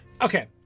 Okay